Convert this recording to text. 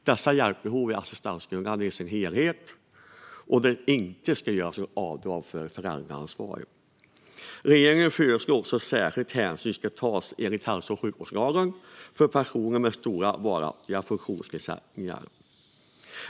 Dessa hjälpbehov är assistansgrundande i sin helhet, och det ska inte göras något avdrag för föräldraansvar. Regeringen föreslår också att härskild hänsyn tas, enligt hälso och sjukvårdslagen, för personer med stora och varaktiga funktionsnedsättningar.